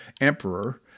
emperor